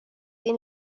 این